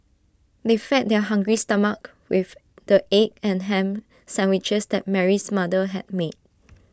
they fed their hungry stomachs with the egg and Ham Sandwiches that Mary's mother had made